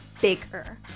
Bigger